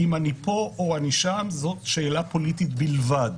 אם אני פה או אני שם, זאת שאלה פוליטית בלבד.